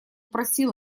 просил